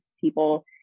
people